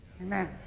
Amen